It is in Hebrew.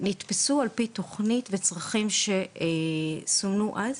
ונתפסו על פי תכנית וצרכים שסומנו אז,